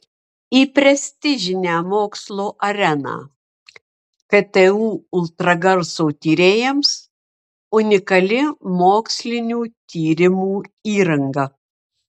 į prestižinę mokslo areną ktu ultragarso tyrėjams unikali mokslinių tyrimų įranga